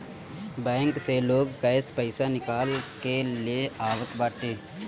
bank से लोग cash पईसा निकाल के ले आवत बाटे